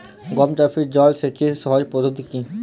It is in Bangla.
গম চাষে জল সেচের সহজ পদ্ধতি কি?